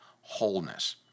wholeness